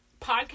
podcast